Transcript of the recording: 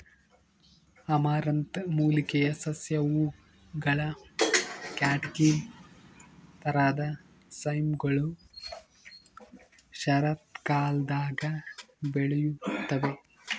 amaranth ಮೂಲಿಕೆಯ ಸಸ್ಯ ಹೂವುಗಳ ಕ್ಯಾಟ್ಕಿನ್ ತರಹದ ಸೈಮ್ಗಳು ಶರತ್ಕಾಲದಾಗ ಬೆಳೆಯುತ್ತವೆ